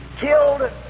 killed